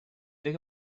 take